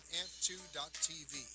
ant2.tv